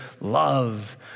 love